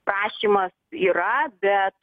prašymas yra bet